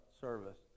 service